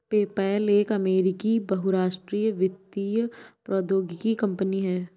PayPal एक अमेरिकी बहुराष्ट्रीय वित्तीय प्रौद्योगिकी कंपनी है